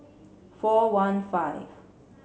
four one five